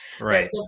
Right